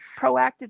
proactive